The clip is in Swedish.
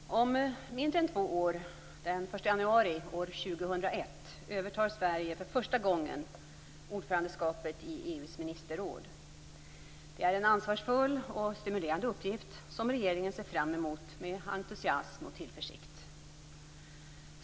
Fru talman! Om mindre än två år, den 1 januari år 2001, övertar Sverige för första gången ordförandeskapet i EU:s ministerråd. Det är en ansvarsfull och stimulerande uppgift som regeringen ser fram emot med entusiasm och tillförsikt.